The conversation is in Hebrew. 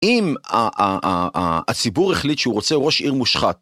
אם הציבור החליט שהוא רוצה ראש עיר מושחת.